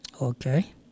Okay